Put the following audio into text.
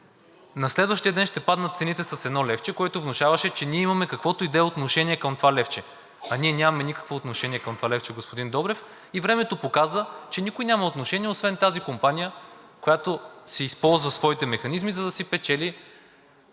на следващия ден ще паднат цените с едно левче, което внушаваше, че имаме каквото и да е отношение към това левче. А ние нямаме никакво отношение към това левче, господин Добрев, и времето показа, че никой няма отношение, освен тази компания, която използва своите механизми, за да си печели